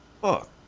Fuck